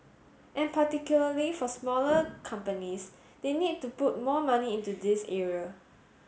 and particularly for smaller companies they need to put more money into this area